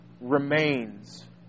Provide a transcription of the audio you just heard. remains